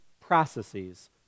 processes